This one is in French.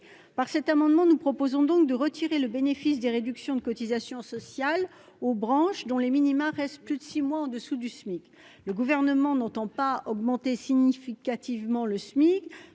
Par cet amendement, nous proposons de retirer le bénéfice des réductions de cotisations sociales aux branches dont les minima restent en dessous du SMIC durant plus de six mois. Le Gouvernement n'entend pas augmenter significativement le SMIC,